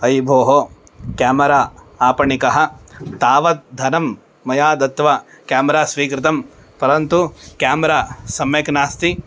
I भोः camera आपणिकः तावत् धनं मया दत्वा क्यामरा स्वीकृतं परन्तु क्यामरा सम्यक् नास्ति